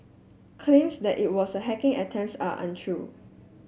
claims that it was hacking attempts are untrue